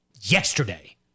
yesterday